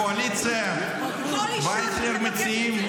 הקואליציה, מה שהם מציעים,